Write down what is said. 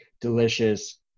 delicious